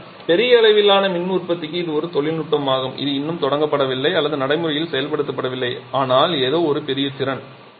ஆனால் பெரிய அளவிலான மின் உற்பத்திக்கு இது ஒரு தொழில் நுட்பமாகும் இது இன்னும் தொடங்கப்படவில்லை அல்லது நடைமுறையில் செயல்படுத்தப்படவில்லை ஆனால் ஏதோ ஒரு பெரிய திறன்